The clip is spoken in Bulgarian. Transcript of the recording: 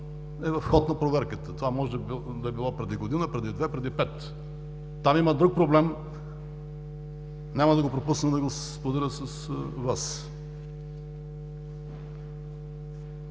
е в ход на проверката, това може да е било преди година, преди две, преди пет. Там има друг проблем, няма да пропусна да го споделя с Вас.